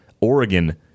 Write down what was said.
Oregon